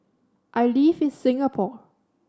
I live in Singapore